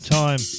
time